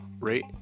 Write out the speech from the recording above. rate